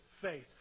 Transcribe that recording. faith